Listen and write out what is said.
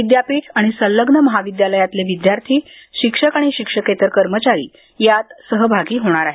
विद्यापीठ आणि संलग्न महविद्यालयातले विद्यार्थी शिक्षक आणि शिक्षकेतर कर्मचारी यात सहभागी होणार आहेत